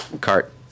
cart